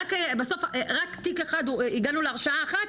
רק תיק אחד הגענו להרשעה אחת,